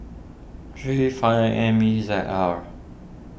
three five M E Z R